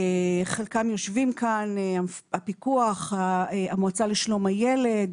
חלקם יושבים כאן, הפיקוח, המועצה לשלום הילד,